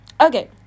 okay